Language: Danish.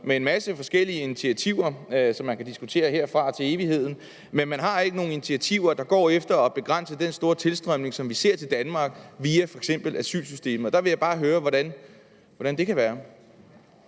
med en masse forskellige initiativer, som man kan diskutere herfra og til evigheden, men ikke har nogen initiativer, der går efter at begrænse den store tilstrømning til Danmark, som vi ser via f.eks. asylsystemet. Der vil jeg bare høre, hvordan det kan være.